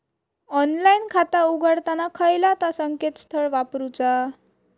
Online खाता उघडताना खयला ता संकेतस्थळ वापरूचा?